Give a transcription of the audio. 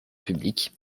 publiques